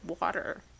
water